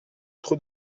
trop